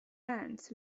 ants